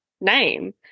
name